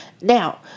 Now